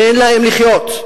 תן להם לחיות.